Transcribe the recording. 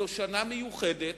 זו שנה מיוחדת,